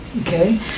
okay